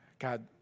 God